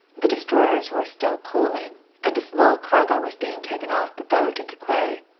the destroyers were still coaling, and a small cargo was being taken off the boat at the quay.